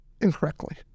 incorrectly